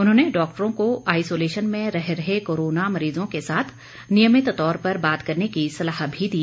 उन्होंने डॉक्टरों को आईसोलेशन में रह रहे कोरोना मरीजों के साथ नियमित तौर पर बात करने की सलाह भी दी